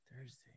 Thursday